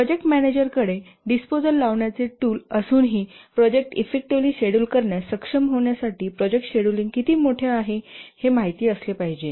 project मॅनेजरकडे disposal लावण्याचे tool असूनही प्रोजेक्ट इफेक्टिवली शेड्यूल करण्यास सक्षम होण्यासाठी प्रोजेक्ट शेड्यूलिंग किती मोठेपणा आहे हे माहित असले पाहिजे